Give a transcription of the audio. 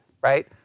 right